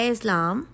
Islam